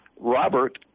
Robert